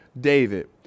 David